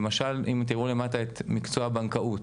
הנה תראו למטה את מקצוע הבנקאות,